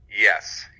Yes